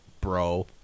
bro